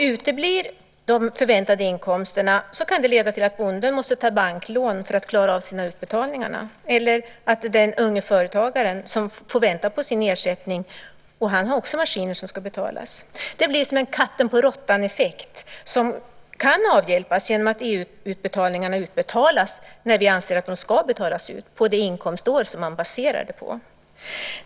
Uteblir de förväntade inkomsterna kan det leda till att bonden måste ta banklån för att klara av sina utbetalningar, eller den unge företagaren får vänta på ersättningen. Han har också maskiner som ska betalas. Det blir en katten-på-råttan-effekt, som kan avhjälpas genom att EU-ersättningarna utbetalas när vi anser att de ska betalas ut, nämligen under det inkomstår som de är baserade på.